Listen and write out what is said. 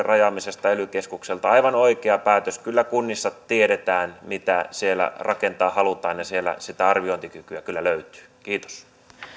rajaamisesta ely keskuksilta aivan oikea päätös kyllä kunnissa tiedetään mitä siellä rakentaa halutaan ja sieltä sitä arviointikykyä kyllä löytyy kiitos